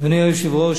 אדוני היושב-ראש,